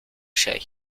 şey